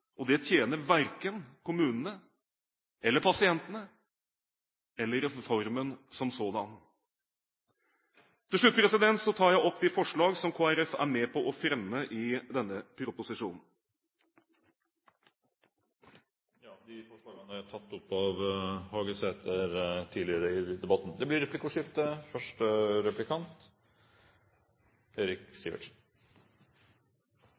og det tjener verken kommunene eller pasientene, eller reformen som sådan. Til slutt tar jeg opp de forslag som Kristelig Folkeparti er med på å fremme i denne innstillingen. De forslagene er tatt opp av representanten Hagesæter tidligere i debatten. Det blir replikkordskifte.